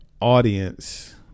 audience